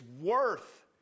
worth